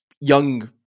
young